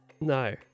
No